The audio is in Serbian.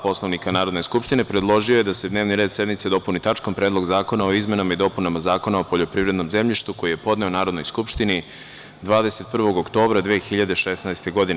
Poslovnika Narodne skupštine, predložio je da se dnevni red sednice dopuni tačkom – Predlog zakona o izmenama i dopunama Zakona o poljoprivrednom zemljištu, koji je podneo Narodnoj skupštini 21. oktobra 2016. godine.